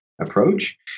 approach